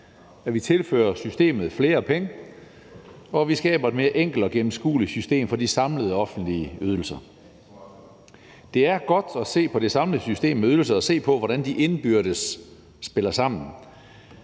at tilføre systemet flere penge og at skabe et mere enkelt og gennemskueligt system for de samlede offentlige ydelser. Det er godt at få kigget på de samlede ydelser og se på, hvordan de indbyrdes spiller sammen.